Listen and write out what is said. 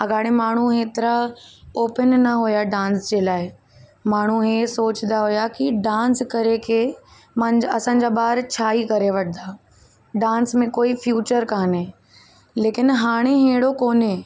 अगाड़े माण्हू हेतिरा ओपिन न हुआ डांस जे लाइ माण्हू हे सोचंदा हुआ की डांस करे खे मांज असांजा ॿार छा ई करे वठंदा डांस में कोई फ्यूचर कोन्हे लेकिन हाणे अहिड़ो कोन्हे